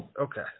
Okay